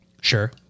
Sure